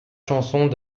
chansons